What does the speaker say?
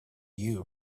you